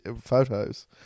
photos